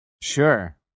Sure